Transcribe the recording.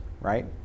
right